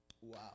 Wow